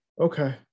Okay